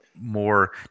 more